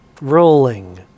rolling